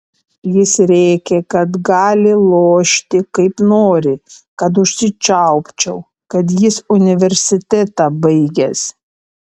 jis rėkė kad gali lošti kaip nori kad užsičiaupčiau kad jis universitetą baigęs